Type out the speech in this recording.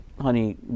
honey